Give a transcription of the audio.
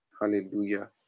Hallelujah